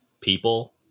people